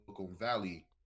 Valley